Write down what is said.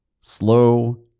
Slow